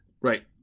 Right